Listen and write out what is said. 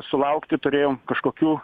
sulaukti turėjom kažkokių